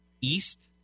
East